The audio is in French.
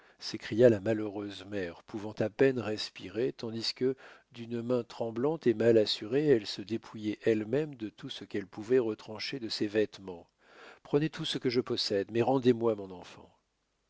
s'écria la malheureuse mère pouvant à peine respirer tandis que d'une main tremblante et mal assurée elle se dépouillait elle-même de tout ce qu'elle pouvait retrancher de ses vêtements prenez tout ce que je possède mais rendez-moi mon enfant